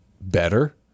better